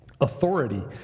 authority